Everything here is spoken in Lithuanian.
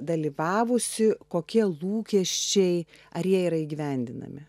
dalyvavusių kokie lūkesčiai ar jie yra įgyvendinami